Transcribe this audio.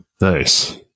Nice